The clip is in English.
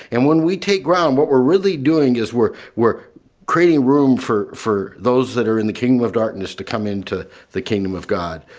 and when we take ground, what we're really doing is we're we're creating room for for those that are in the kingdom of darkness to come in to the kingdom of god.